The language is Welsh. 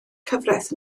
cyfraith